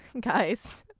guys